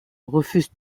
refuse